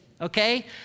okay